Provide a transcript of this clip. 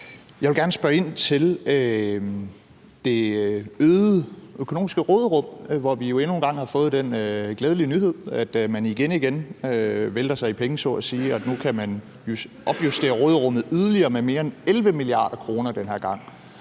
Jeg vil gerne spørge ind til det øgede økonomiske råderum, hvor vi jo endnu en gang har fået den glædelige nyhed, at man igen igen vælter sig i penge så at sige, og at man nu kan opjustere råderummet yderligere med mere end 11 mia. kr. den her gang.